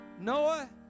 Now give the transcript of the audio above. Noah